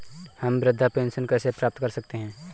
हम वृद्धावस्था पेंशन कैसे प्राप्त कर सकते हैं?